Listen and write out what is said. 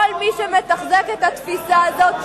למה נתניהו במשחק הזה?